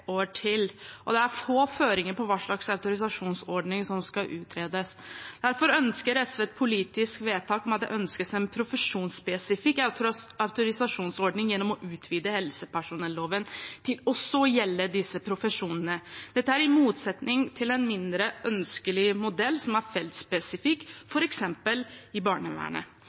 år til, og det er få føringer for hva slags autorisasjonsordning som skal utredes. Derfor ønsker SV et politisk vedtak om at det ønskes en profesjonsspesifikk autorisasjonsordning gjennom å utvide helsepersonelloven til også å gjelde disse profesjonene. Dette er i motsetning til en mindre ønskelig modell som er feltspesifikk, f.eks. i barnevernet.